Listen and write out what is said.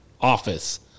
office